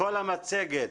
בכל המצגת